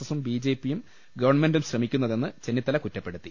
എസും ബിജെപിയും ഗവൺമെന്റും ശ്രമിക്കുന്നതെന്ന് ചെന്നിത്തല കുറ്റപ്പെടുത്തി